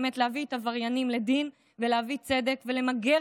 באמת להביא את העבריינים לדין ולהביא צדק ולמגר